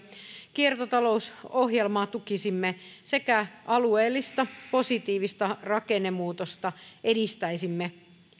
kiertotalousohjelmaa tukisimme sekä alueellista positiivista rakennemuutosta edistäisimme